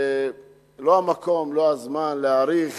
זה לא המקום ולא הזמן להאריך,